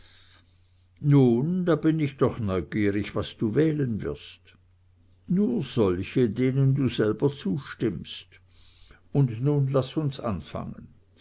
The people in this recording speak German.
nun da bin ich doch neugierig was du wählen wirst nur solche denen du selber zustimmst und nun laß uns anfangen